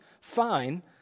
fine